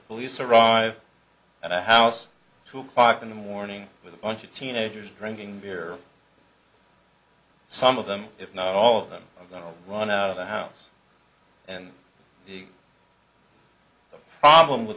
police arrive at a house two o'clock in the morning with a bunch of teenagers drinking beer some of them if not all of them run out of the house and the problem with